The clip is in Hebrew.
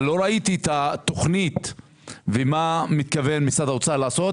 לא ראיתי מה מתכוון משרד האוצר לעשות